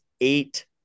eight